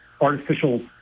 Artificial